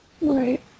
Right